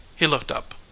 he looked up.